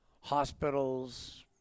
hospitals